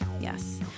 Yes